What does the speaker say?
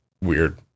weird